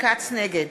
נגד